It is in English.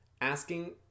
asking